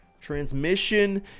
transmission